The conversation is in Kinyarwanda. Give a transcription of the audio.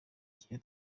igihe